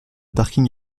parking